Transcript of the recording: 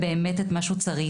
ובאמת את מה שהוא צריך,